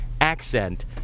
accent